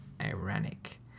ironic